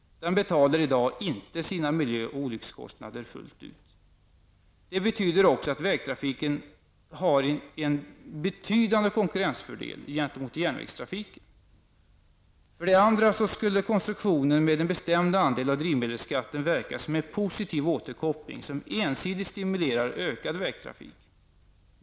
Den betalar inte sina miljö och olyckskostnader fullt ut i dag. Det betyder också att vägtrafiken har en betydande konkurrensfördel gentemot järnvägstrafiken. För det andra skulle konstruktionen med en bestämd andel av drivmedelsskatten till åtgärder på vägområdet verka som en positiv återkoppling som ensidigt stimulerar en ökad vägtrafik.